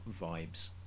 vibes